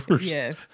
Yes